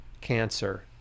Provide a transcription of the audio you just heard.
cancer